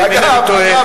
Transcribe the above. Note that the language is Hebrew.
אם אינני טועה,